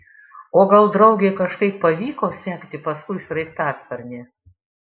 o gal draugei kažkaip pavyko sekti paskui sraigtasparnį